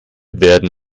werden